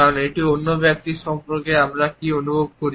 কারণ এটি অন্য ব্যক্তির সম্পর্কে আমরা কী অনুভব করি